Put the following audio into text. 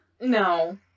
no